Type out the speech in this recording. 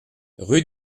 rue